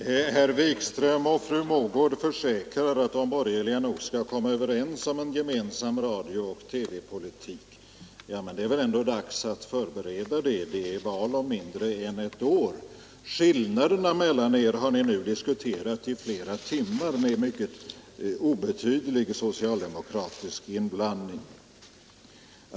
Herr talman! Herr Wikström och fru Mogård försäkrar att de borgerliga nog skall komma överens om en gemensam radiooch TV-politik. Ja, men det är väl ändå dags att förbereda det — det är val om mindre än ett år. Skillnaderna mellan er har ni nu diskuterat i flera timmar med mycket obetydlig socialdemokratisk inblandning.